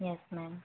yes ma'am